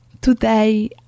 Today